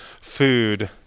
food